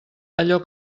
allò